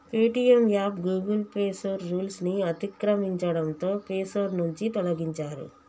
Paytm app Google Play Store rules ని అతిక్రమించడంతో Play Store నుంచి తొలగించారు